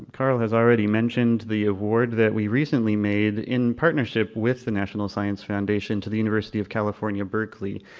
um carl has already mentioned the award that we recently made in partnership with the national science foundation to the university of california berkley.